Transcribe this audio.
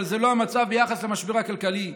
אבל זה לא המצב ביחס למשבר הכלכלי.